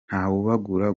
ntawabura